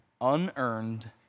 unearned